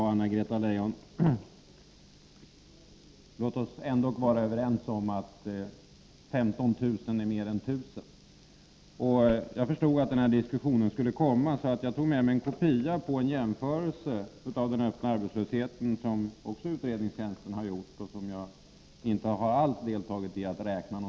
Herr talman! Låt oss ändå vara överens om, Anna-Greta Leijon, att 15 000 är mer än 1 000. Jag förstod att den här diskussionen skulle komma, så jag tog med mig en kopia på en redogörelse för den öppna arbetslösheten som utredningstjänsten har gjort och som jag inte alls har deltagit i att räkna på.